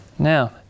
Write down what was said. Now